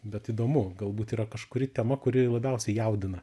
bet įdomu galbūt yra kažkuri tema kuri labiausiai jaudina